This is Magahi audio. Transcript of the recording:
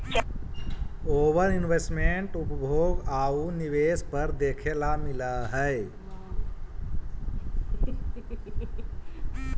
ओवर इन्वेस्टमेंट उपभोग आउ निवेश पर देखे ला मिलऽ हई